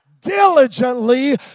diligently